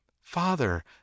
Father